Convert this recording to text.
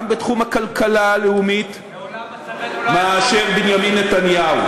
גם בתחום הכלכלה הלאומית, מעולם מצבנו לא היה טוב